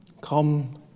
Come